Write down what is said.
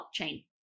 blockchain